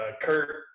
Kurt